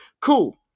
Cool